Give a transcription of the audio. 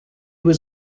was